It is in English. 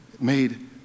made